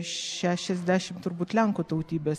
šešiasdešim turbūt lenkų tautybės